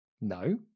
No